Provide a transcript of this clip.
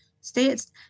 states